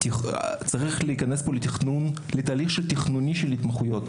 להיכנס פה לתהליך תכנוני של התמחויות.